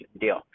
deal